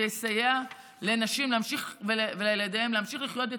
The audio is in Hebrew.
שיסייע לנשים ולילדיהן להמשיך לחיות את